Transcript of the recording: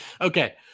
okay